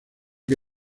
que